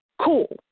cool